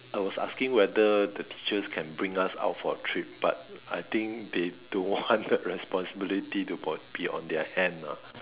I was asking whether the teachers can bring us out for trip but I think they don't want the responsibility to be on their hand ah